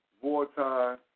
wartime